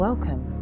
Welcome